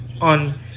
on